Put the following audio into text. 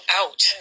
out